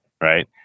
right